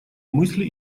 мысли